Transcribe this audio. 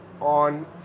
on